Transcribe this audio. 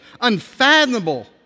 unfathomable